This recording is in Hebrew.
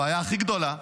הבעיה הכי גדולה,